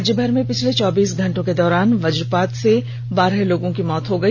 राज्यभर में पिछले चौबीस घंटे के दौरान वज्रपात से बारह लोगों की मौत हो गई